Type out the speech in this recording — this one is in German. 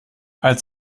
als